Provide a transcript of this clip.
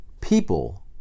people